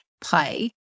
play